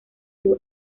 sus